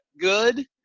good